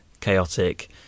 chaotic